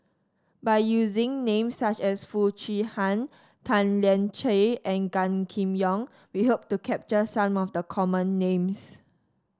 by using names such as Foo Chee Han Tan Lian Chye and Gan Kim Yong we hope to capture some of the common names